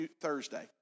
Thursday